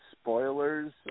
spoilers